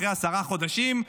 אחרי עשרה חודשים,